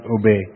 obey